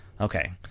Okay